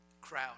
crowd